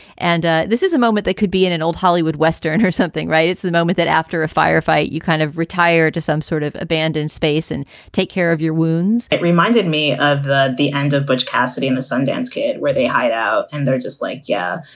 and ah this is a moment that could be in an old hollywood western or something, right? it's the moment that after a firefight, you kind of retire to some sort of abandoned space and take care of your wounds it reminded me of the the end of butch cassidy and the sundance kid where they hide out and they're just like, yeah,